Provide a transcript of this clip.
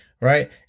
Right